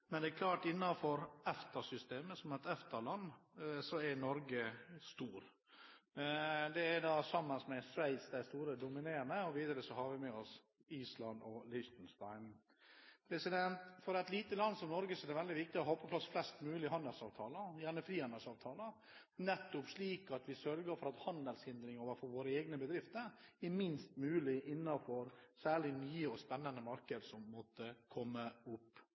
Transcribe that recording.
Men det er klart at Norge innenfor EFTA-systemet, som et EFTA-land, er stort, og som sammen med Sveits er de som er store og dominerende. Videre har vi med oss Island og Liechtenstein. For et lite land som Norge er det veldig viktig å ha på plass flest mulig handelsavtaler, gjerne frihandelsavtaler, slik at vi sørger for at handelshindringene for våre egne bedrifter er minst mulig, særlig innenfor nye og spennende markeder som måtte komme opp.